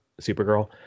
Supergirl